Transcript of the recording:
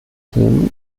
themen